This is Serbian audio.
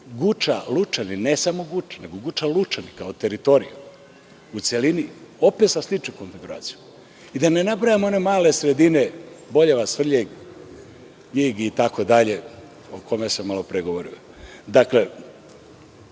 Guča, Lučani, ne samo Guča nego Guča – Lučani, kao teritorija. U celini opet sa sličnom konfiguracijom. I da ne nabrajam one male sredine Boljevac, Svrljig, Ljig itd. o kome sam malopre govorio. Dakle,